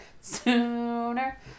Sooner